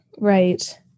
Right